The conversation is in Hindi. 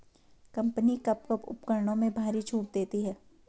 कंपनी कब कब उपकरणों में भारी छूट देती हैं?